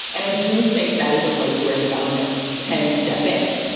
and i do think that is a place where the government can step in,